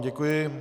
Děkuji.